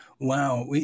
Wow